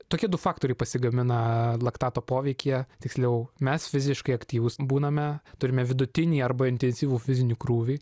tokie du faktoriai pasigamina laktato poveikyje tiksliau mes fiziškai aktyvūs būname turime vidutinį arba intensyvų fizinį krūvį